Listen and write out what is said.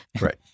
Right